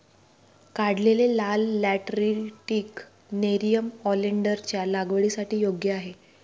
काढलेले लाल lateritic nerium ओलेन्डरच्या लागवडीसाठी योग्य आहे